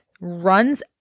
Runs